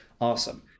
Awesome